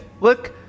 look